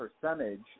percentage